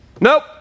Nope